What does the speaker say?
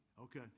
Okay